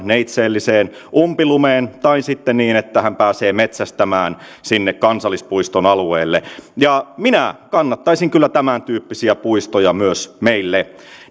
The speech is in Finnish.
neitseelliseen umpilumeen tai että hän pääsee metsästämään sinne kansallispuiston alueelle minä kannattaisin kyllä tämäntyyppisiä puistoja myös meille